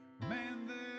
Man